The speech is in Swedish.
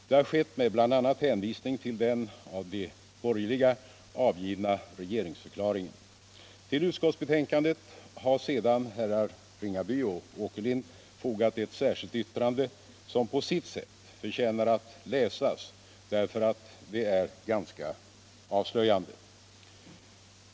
Det har skett bl.a. med hänvisning till den av de borgerliga avgivna regeringsförklaringen: Till utskottsbetänkandet har sedan herrar Ringaby och Åkerlind fogat ewt särskilt yttrande, som på sitt sätt förtjänar att läsas därför att det är ganska avslöjande.